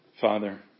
Father